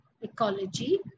ecology